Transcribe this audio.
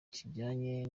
kijyanye